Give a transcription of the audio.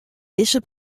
dizze